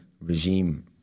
regime